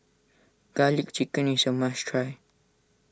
Garlic Chicken is a must try